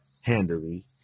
handily